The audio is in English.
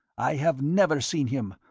i have never seen him,